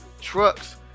trucks